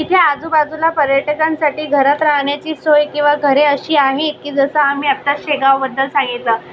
इथे आजूबाजूला पर्यटकांसाठी घरात राहण्याची सोय किंवा घरे अशी आहे की जसं आम्ही आत्ता शेगावबद्दल सांगितलं